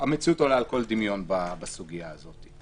המציאות עולה על כל דמיון בסוגיה הזאת.